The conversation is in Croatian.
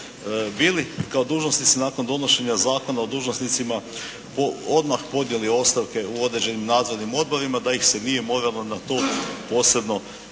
bili kao dužnosnici nakon donošenja Zakona o dužnosnicima po odmah podnijela ostavke u određenim nadzornima odborima da ih se nije mogla moralo na to posebno